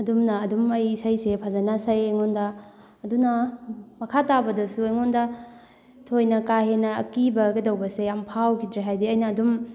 ꯑꯗꯨꯝꯅ ꯑꯗꯨꯝ ꯑꯩ ꯏꯁꯩꯁꯦ ꯐꯖꯅ ꯁꯛꯏ ꯑꯩꯉꯣꯟꯗ ꯑꯗꯨꯅ ꯃꯈꯥ ꯇꯥꯕꯗꯁꯨ ꯑꯩꯉꯣꯟꯗ ꯊꯣꯏꯅ ꯀꯥ ꯍꯦꯟꯅ ꯑꯀꯤꯕ ꯀꯩꯗꯧꯕꯁꯦ ꯌꯥꯝ ꯐꯥꯎꯈꯤꯗ꯭ꯔꯦ ꯍꯥꯏꯗꯤ ꯑꯩꯅ ꯑꯗꯨꯝ